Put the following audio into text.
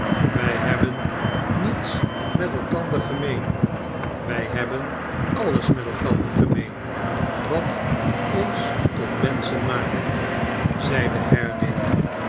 wij hebben niets met elkander gemeen a wij hebben alles met elkander gemeen wat ons tot menschen maakt zeide